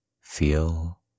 Feel